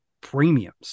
premiums